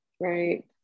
Right